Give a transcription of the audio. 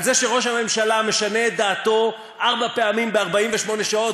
על זה שראש הממשלה משנה את דעתו ארבע פעמים ב-48 שעות